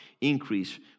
increase